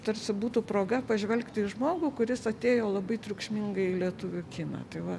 tarsi būtų proga pažvelgti į žmogų kuris atėjo labai triukšmingai į lietuvių kiną tai va